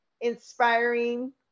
inspiring